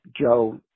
Joe